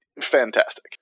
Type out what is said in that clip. fantastic